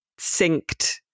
synced